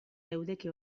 leudeke